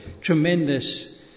tremendous